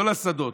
לא לשדות,